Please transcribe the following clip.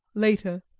later.